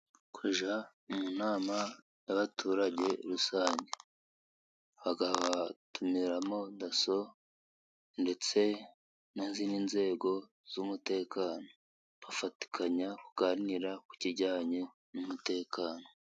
Kujya mu nama y'abaturage rusange. Bagatumiramo DASSO, ndetse n'izindi nzego z'umutekano, bagafatikanya kuganira ku kijyanye n'umutekano.